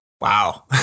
Wow